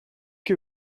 que